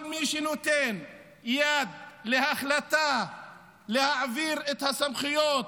כל מי שנותן יד להחלטה להעביר את הסמכויות